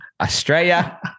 Australia